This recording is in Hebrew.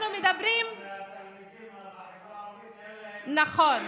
יותר מ-40% מהתלמידים בחברה הערבית אין להם, נכון,